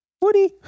Woody